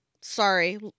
sorry